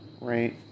right